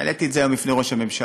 העליתי את זה היום בפני ראש הממשלה